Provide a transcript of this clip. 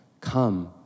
come